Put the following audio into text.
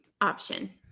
option